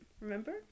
Remember